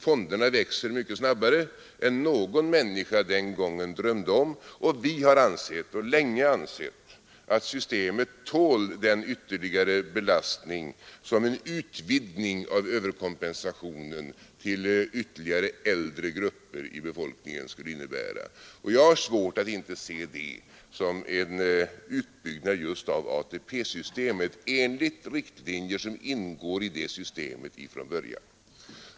Fonderna växer mycket snabbare än någon människa den gången drömde om, och vi har ansett — länge — att systemet tål den ytterligare belastning som en utvidgning av överkompensationen till ytterligare äldre grupper i befolkningen skulle innebära. Jag har svårt att inte se det som en utbyggnad just av ATP-systemet enligt riktlinjer som ingår i det systemet från början.